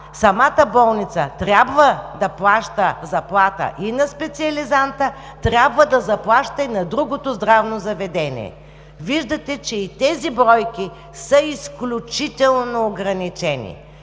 самата болница трябва да плаща заплата и на специализанта, трябва да заплаща и на другото здравно заведение. Виждате, че и тези бройки са изключително ограничени.